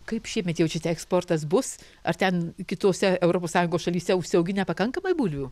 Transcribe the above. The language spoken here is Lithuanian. kaip šiemet jaučiate eksportas bus ar ten kitose europos sąjungos šalyse užsiauginę pakankamai bulvių